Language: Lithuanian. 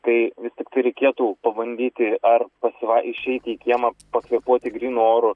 tai vis tiktai reikėtų pabandyti ar pasivai išeiti į kiemą pakvėpuoti grynu oru